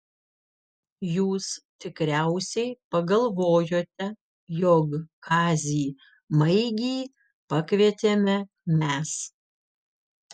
jūs tikriausiai pagalvojote jog kazį maigį pakvietėme mes